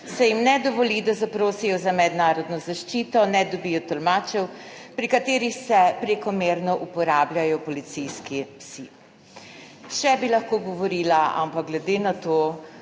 se jim ne dovoli, da zaprosijo za mednarodno zaščito, ne dobijo tolmačev, pri katerih se prekomerno uporabljajo policijski psi. Še bi lahko govorila, ampak glede na to,